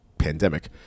pandemic